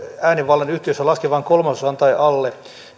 äänivallan yhtiöissä laskevan kolmasosaan tai alle